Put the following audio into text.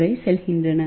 5 GHz வரை செல்கின்றன